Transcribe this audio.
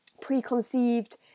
preconceived